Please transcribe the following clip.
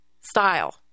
style